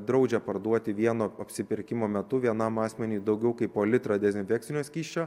draudžia parduoti vieno apsipirkimo metu vienam asmeniui daugiau kaip po litrą dezinfekcinio skysčio